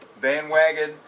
bandwagon